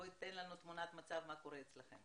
תן לנו תמונת מצב לגבי מה שקורה אצלכם.